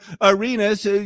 Arenas